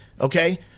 Okay